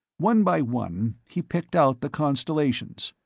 one by one he picked out the constellations.